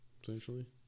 Essentially